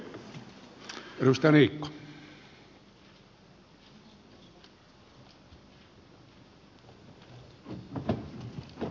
arvoisa puhemies